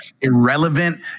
Irrelevant